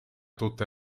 tutte